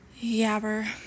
yabber